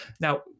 Now